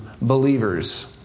believers